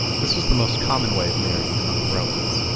this was the most common way of marrying among the romans.